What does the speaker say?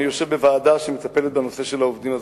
אני יושב בוועדה שמטפלת בנושא העובדים הזרים.